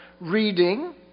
reading